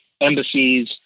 embassies